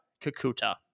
Kakuta